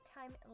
time